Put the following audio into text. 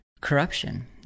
corruption